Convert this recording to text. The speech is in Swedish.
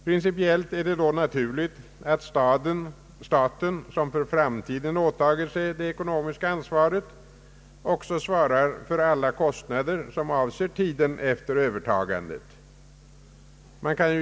Principiellt är det då naturligt att staten som för framtiden åtagit sig det ekonomiska ansvaret också svarar för alla kostnader som avser tiden efter övertagandet.